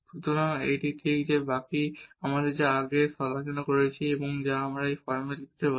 সুতরাং এটি ঠিক সেই বাকী যা আমরা আগে আলোচনা করেছি এবং যা আমরা এই ফর্মে লিখতে পারি